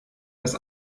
das